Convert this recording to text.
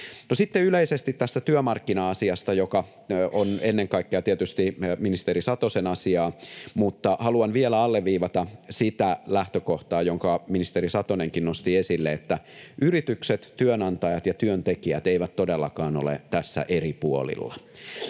sitten yleisesti tästä työmarkkina-asiasta, joka on ennen kaikkea tietysti ministeri Satosen asiaa, mutta haluan vielä alleviivata sitä lähtökohtaa, jonka ministeri Satonenkin nosti esille, että yritykset, työnantajat ja työntekijät eivät todellakaan ole tässä eri puolilla,